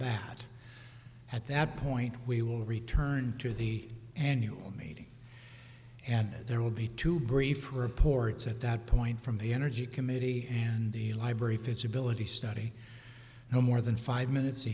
baghdad at that point we will return to the annual meeting and there will be two brief reports at that point from the energy committee and the library for its ability study no more than five minutes